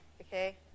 Okay